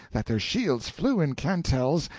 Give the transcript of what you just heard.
that their shields flew in cantels,